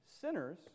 Sinners